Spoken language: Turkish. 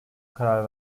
karar